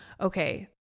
Okay